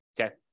okay